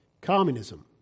Communism